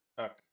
Okay